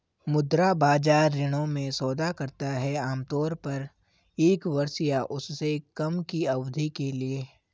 मुद्रा बाजार ऋणों में सौदा करता है आमतौर पर एक वर्ष या उससे कम की अवधि के लिए